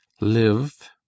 Live